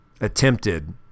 attempted